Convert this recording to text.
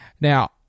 Now